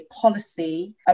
policy